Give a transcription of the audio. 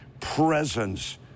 presence